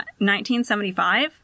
1975